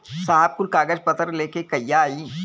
साहब कुल कागज पतर लेके कहिया आई?